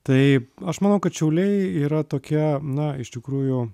tai aš manau kad šiauliai yra tokia na iš tikrųjų